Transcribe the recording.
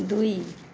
ଦୁଇ